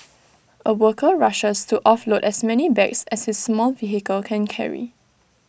A worker rushes to offload as many bags as his small vehicle can carry